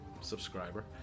subscriber